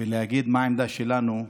ואגיד מה העמדה שלנו,